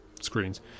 screens